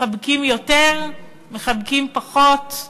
מחבקים יותר, מחבקים פחות,